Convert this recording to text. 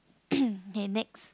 okay next